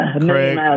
Craig